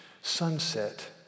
sunset